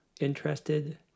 interested